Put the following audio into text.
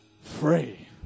free